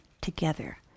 together